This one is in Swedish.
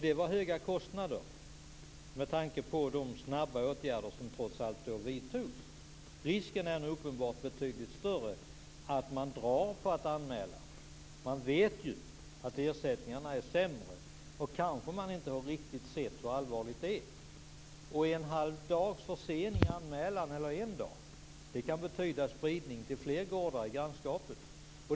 Det var höga kostnader med tanke på de snabba åtgärder som trots allt vidtogs. Risken är nu uppenbarligen betydligt större att man drar på att göra en anmälan. Man vet ju att ersättningarna är sämre, och kanske har man inte riktigt sett hur allvarligt det är. En halv dags eller en dags försenad anmälan kan betyda spridning till fler gårdar i grannskapet.